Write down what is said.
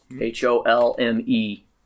H-O-L-M-E